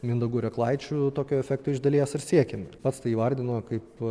mindaugu reklaičiu tokio efekto iš dalies ir siekėme pats tai įvardinu kaip